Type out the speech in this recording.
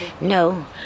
No